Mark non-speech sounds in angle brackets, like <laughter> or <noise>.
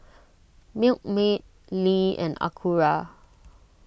<noise> Milkmaid Lee and Acura